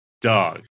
Dog